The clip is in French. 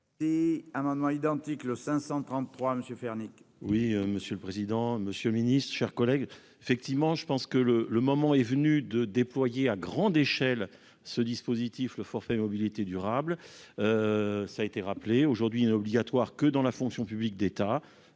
Et amendements identiques, le 533 monsieur faire. Oui, monsieur le président, Monsieur le Ministre, chers collègues, effectivement, je pense que le le moment est venu de déployer à grande échelle, ce dispositif, le forfait mobilité durable ça été rappelé aujourd'hui une obligatoire que dans la fonction publique d'État